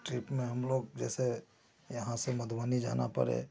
trip में हम लोग जैसे यहाँ से मधुबनी जाना पड़े